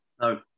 No